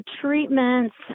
treatments